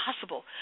possible